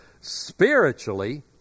Spiritually